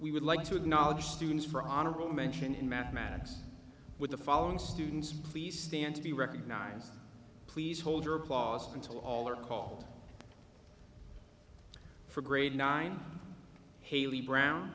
we would like to acknowledge students for honorable mention in mathematics with the following students please stand to be recognized please hold your applause until all are called for grade nine haley brown